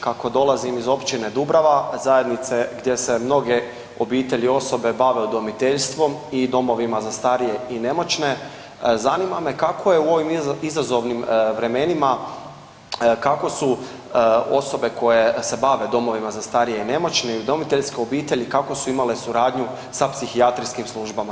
Kako dolazim iz Općine Dubrava, zajednice gdje se mnoge obitelji i osobe bave udomiteljstvo i domovima za starije i nemoćne, zanima me kako je u ovim izazovnim vremenima kako su osobe koje se bave domovima za starije i nemoćne i udomiteljske obitelji kakvu su imali suradnju sa psihijatrijskim službama.